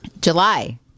July